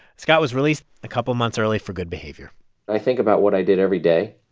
scott was released a couple of months early for good behavior i think about what i did every day.